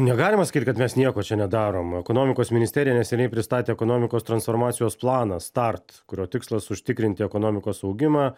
negalima sakyt kad mes nieko čia nedarom ekonomikos ministerija neseniai pristatė ekonomikos transformacijos planą start kurio tikslas užtikrinti ekonomikos augimą